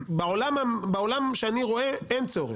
בעולם שאני רואה אין צורך,